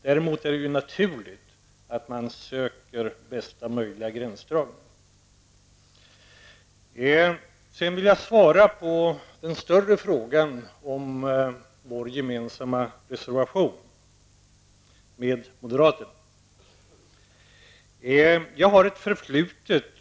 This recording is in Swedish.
Däremot är det naturligt att man söker bästa möjliga gränsdragning. Jag vill svara på den större frågan om vår gemensamma reservation med moderaterna. Jag har ett förflutet.